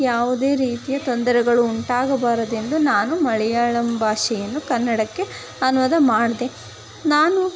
ಯಾವುದೇ ರೀತಿಯ ತೊಂದರೆಗಳು ಉಂಟಾಗಬಾರದೆಂದು ನಾನು ಮಲಯಾಳಂ ಭಾಷೆಯನ್ನು ಕನ್ನಡಕ್ಕೆ ಅನುವಾದ ಮಾಡಿದೆ ನಾನು